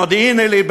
במודיעין-עילית,